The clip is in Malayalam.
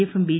എഫും ബി